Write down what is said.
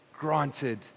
granted